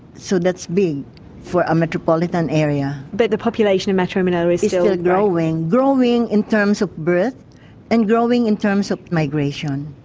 so that's big for a metropolitan area. but the population of metro manila is still growing. growing in terms of birth and growing in terms of migration.